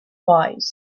wise